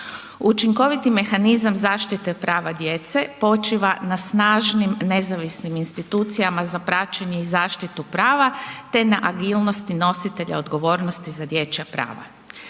Učinkoviti mehanizam zaštite prava djece počiva na snažnim, nezavisnim institucijama za praćenje i zaštitu prava te na agilnosti nositelja odgovornosti za dječja prava.